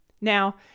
Now